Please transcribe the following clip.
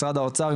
משרד האוצר,